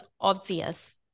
obvious